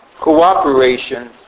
cooperation